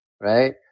right